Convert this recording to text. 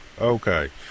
Okay